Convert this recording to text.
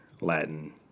Latin